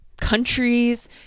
countries